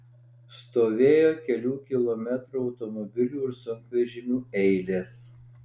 stovėjo kelių kilometrų automobilių ir sunkvežimių eilės